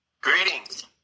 Greetings